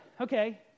okay